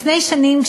לפני שנים,